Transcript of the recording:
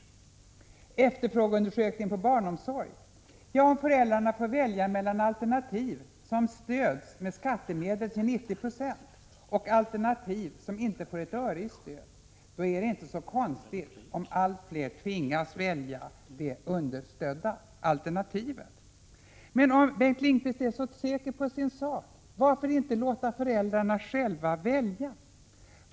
När det gäller efterfrågeundersökning på barnomsorg vill jag säga att om föräldrar får välja mellan alternativ som stöds med skattemedel till 90 96 och alternativ som inte får ett öre i stöd är det inte så konstigt om allt fler tvingas välja det understödda alternativet. Men om Bengt Lindqvist är så säker på sin sak, varför inte då låta föräldrarna själva välja?